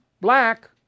black